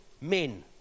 men